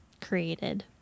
created